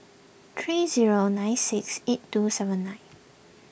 three zero nine six eight two seven nine